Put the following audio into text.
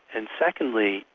and secondly,